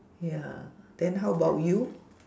ya then how about you